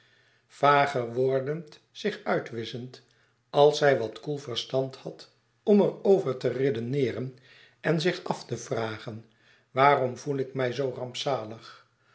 vager wordend zich uitwisschend als zij wat koel verstand had om er over te redeneeren en zich af te vragen waarom voel ik mij zoo rampzalig